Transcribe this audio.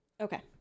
Okay